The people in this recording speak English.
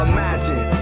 Imagine